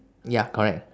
ya correct